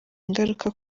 ingaruka